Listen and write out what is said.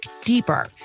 deeper